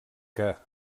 que